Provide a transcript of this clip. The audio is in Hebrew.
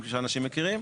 שאנשים מכירים,